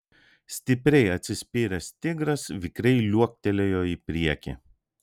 stipriai atsispyręs tigras vikriai liuoktelėjo į priekį